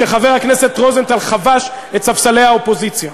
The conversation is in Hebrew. כשחבר הכנסת רוזנטל חבש את ספסלי האופוזיציה,